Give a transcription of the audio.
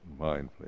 mindfully